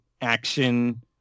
action